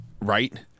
Right